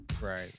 Right